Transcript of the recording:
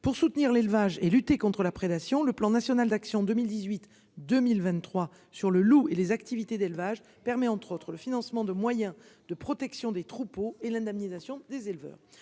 pour soutenir l'élevage et lutter contre la prédation le plan national d'action 2018 2023 sur le loup et les activités d'élevage permet entre autres le financement de moyens de protection des troupeaux et l'indemnisation des éleveurs.